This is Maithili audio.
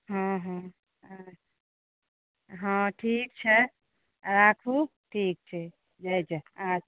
हँ हँ हँ ठीक छै राखु ठीक छै जाइत जाउ अच्छा